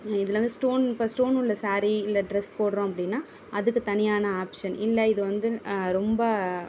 இதில் வந்து ஸ்டோன் இப்போ ஸ்டோன் உள்ள ஸாரீ இல்லை ட்ரெஸ் போடுறோம் அப்படினா அதுக்கு தனியான ஆப்ஷன் இல்லை இது வந்து ரொம்ப